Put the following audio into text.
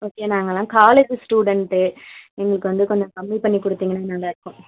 okay நாங்களெல்லாம் college student எங்களுக்கு வந்து கொஞ்சம் கம்மிப் பண்ணி கொடுத்தீங்கனா நல்லாருக்கும்